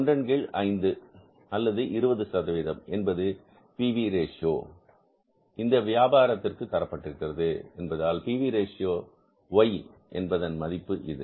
ஒன்றின் கீழ் 5 அல்லது 20 சதவீதம் என்பது பி வி ரேஷியோ இந்த வியாபாரத்திற்கு தரப்பட்டிருக்கிறது என்பதால் பி வி ரேஷியோ ஓய் Y என்பதன் மதிப்பு இது